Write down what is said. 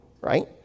right